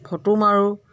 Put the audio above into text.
photo মাৰোঁ